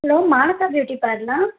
hello Manasa beauty పార్లలా